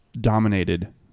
dominated